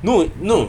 no no